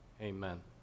Amen